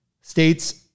states